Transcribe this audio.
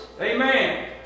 Amen